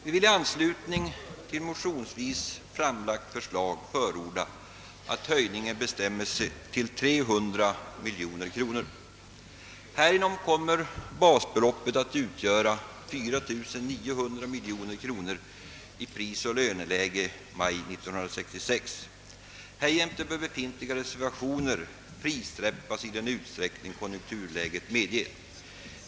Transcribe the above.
Vi vill i anslutning till motionsvis framlagt förslag förorda att anslagshöjningen bestämmes till 300 miljoner kronor. Härigenom kommer basbeloppet att utgöra 4900 miljoner kronor med utgångspunkt i prisoch löneläget maj 1966. Därjämte bör befintliga reservationer frisläppas i den utsträckning konjunkturläget medger.